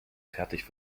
fertig